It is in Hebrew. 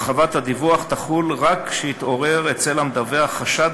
הרחבת חובת הדיווח תחול רק כשיתעורר אצל המדווח חשד